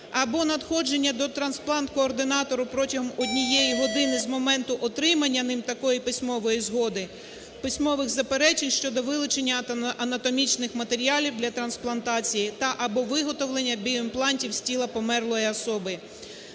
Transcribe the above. або надходження дотрансплант-координатора протягом однієї години з моменту отримання ним такої письмової згоди, письмових заперечень щодо вилучення анатомічних матеріалів для трансплантації та/або виготовлення біоімплантів з тіла померлої особи,